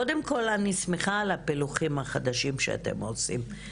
קודם כל, אני שמחה על הפילוחים החדשים שאתם עושים.